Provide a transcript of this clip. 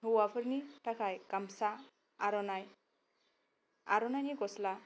हौवाफोरनि थाखाय गामसा आर'नाय आर'नायनि गस्ला